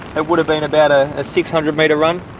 it would have been about ah a six hundred metre run,